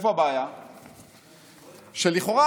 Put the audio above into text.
שלכאורה,